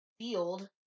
field